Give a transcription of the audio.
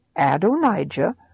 Adonijah